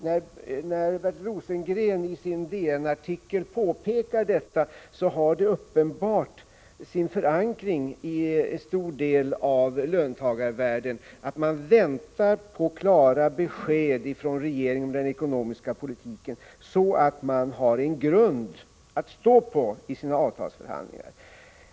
När Bengt Rosengren i sin DN-artikel påpekade att man väntar på klara besked från regeringen om den ekonomiska politiken, så att man har en grund att stå på i avtalsförhandlingarna, hade det uppenbart sin förankring i en stor del av löntagarvärlden.